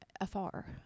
afar